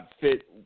fit